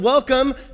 welcome